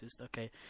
okay